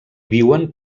viuen